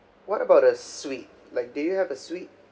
what about a suite like do you have a suite